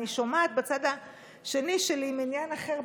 אני שומעת בצד השני שלי מניין אחר,